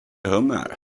hummer